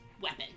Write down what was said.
weapon